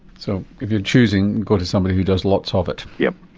so if you're choosing, go to somebody who does lots ah of it. yes.